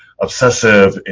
obsessive